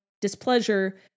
displeasure